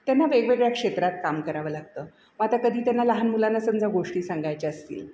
त्यांना वेगवेगळ्या क्षेत्रात काम करावं लागतं मग आता कधी त्यांना लहान मुलांना समजा गोष्टी सांगायच्या असतील